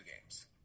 games